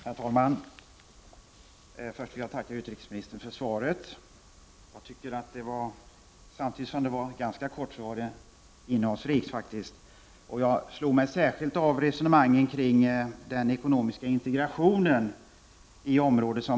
Herr talman! Först vill jag tacka utrikesministern för svaret, som var ganska kort men ändå innehållsrikt. Det som särskilt slog mig var resonemanget om den ekonomiska integrationen i området.